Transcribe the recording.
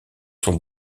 sont